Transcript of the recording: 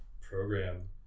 program